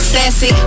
Sassy